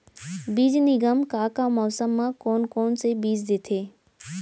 बीज निगम का का मौसम मा, कौन कौन से बीज देथे?